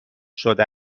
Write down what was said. شده